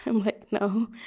i'm like, no,